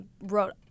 wrote